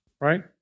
right